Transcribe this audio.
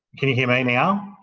can you hear me now?